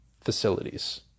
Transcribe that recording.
facilities